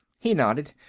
he nodded